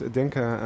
denken